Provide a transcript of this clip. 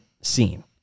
scene